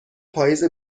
پاییز